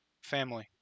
family